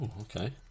Okay